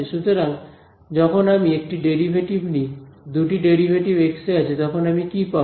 সুতরাং যখন আমি একটা ডেরিভেটিভ নিই দুটি ডেরিভেটিভ এক্সে আছে তখন আমি কী পাব